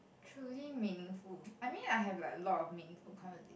truly meaningful I mean I have like a lot of meaningful conversations